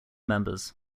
members